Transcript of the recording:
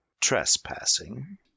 Trespassing